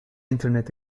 internet